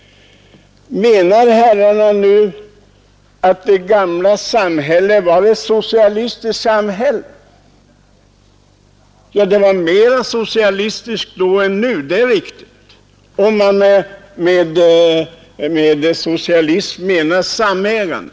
Menar herrarna nu att det gamla samhället var ett socialistiskt samhälle? Ja, samhället var mera socialistiskt då än nu, det är riktigt, om man med socialism menar samägande.